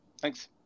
Thanks